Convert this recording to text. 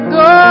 go